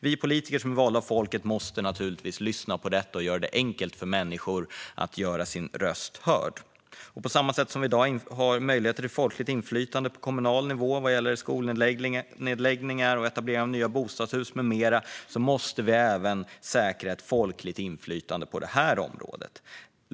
Vi politiker som är valda av folket måste naturligtvis lyssna på detta och göra det enkelt för människor att göra sin röst hörd. På samma sätt som vi i dag har möjligheter till folkligt inflytande på kommunal nivå vad gäller skolnedläggningar, etablering av nya bostadshus med mera måste vi även säkra ett folkligt inflytande på detta område.